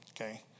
Okay